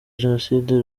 jenoside